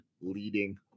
leading